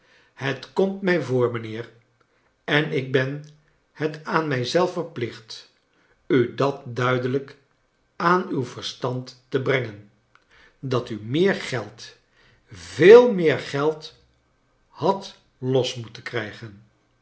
het komt mij voor mijnheer en ik ben het aan mij zelf verplicht u dat duidelijk aan uw verstand te brengen dat u meer geld veel meer geld had los moeten krijgen